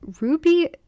ruby